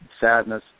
sadness